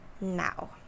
now